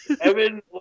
Evan